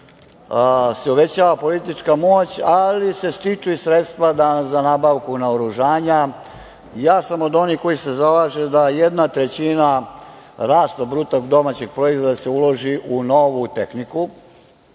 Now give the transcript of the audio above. se uvećava politička moć, ali se stiču i sredstva za nabavku naoružanja. Ja sam od onih koji se zalažu da jedna trećina rasta BDP-a se uloži u novu tehniku,